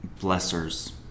blessers